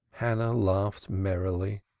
hannah laughed merrily.